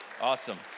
Awesome